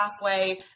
halfway